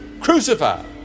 crucified